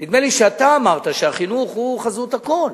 נדמה לי שאתה אמרת שהחינוך הוא חזות הכול.